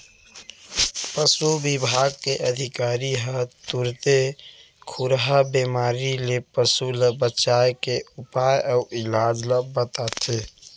पसु बिभाग के अधिकारी ह तुरते खुरहा बेमारी ले पसु ल बचाए के उपाय अउ इलाज ल बताथें